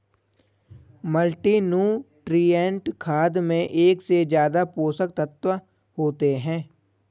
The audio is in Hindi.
मल्टीनुट्रिएंट खाद में एक से ज्यादा पोषक तत्त्व होते है